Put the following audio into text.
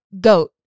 Goat